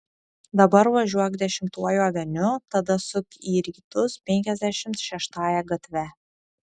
dabar važiuok dešimtuoju aveniu tada suk į rytus penkiasdešimt šeštąja gatve